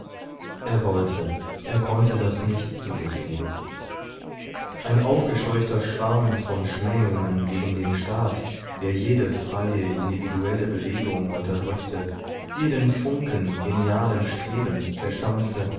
er wollte er konnte das nicht zugestehen ein aufgescheuchter schwarm von schmähungen gegen den staat der jede freie individuelle bewegung unterdrückte jeden funken genialen strebens zerstampfte